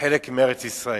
חלק מארץ-ישראל.